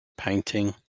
painting